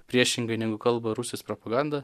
priešingai negu kalba rusijos propaganda